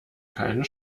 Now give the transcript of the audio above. keine